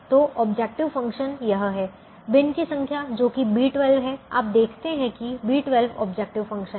तो objective function यह है बिन की संख्या जो कि B12 है आप देखते है कि B12 ऑब्जेक्टिव फ़ंक्शन है